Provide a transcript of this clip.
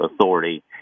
authority